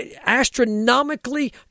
astronomically